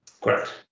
Correct